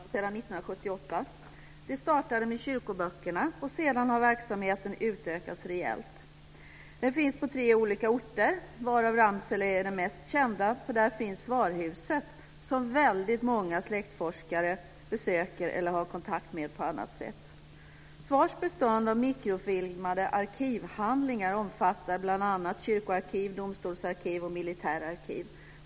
Herr talman, ärade ledamöter! Jag ska börja med att yrka bifall till reservation nr 1 i utskottets betänkande, som handlar om ökade resurser för utveckling av Svensk arkivinformation. SVAR, varit verksamt sedan 1978. Det startade med kyrkoböckerna, och sedan har verksamheten utökats rejält. Den finns på tre olika orter, varav Ramsele är den mest kända eftersom där finns SVAR-huset, som väldigt många släktforskare besöker eller har kontakt med på annat sätt. SVAR:s bestånd av mikrofilmade arkivhandlingar omfattar bl.a. kyrkoarkiv, domstolsarkiv och militära arkiv.